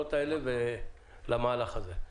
להחמרות האלה ולמהלך הזה.